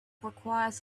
requires